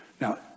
Now